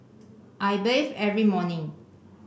I bathe every morning